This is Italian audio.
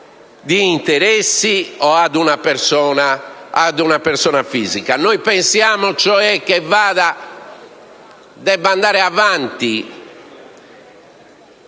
di interessi o ad una persona fisica. Pensiamo cioè che debba andare avanti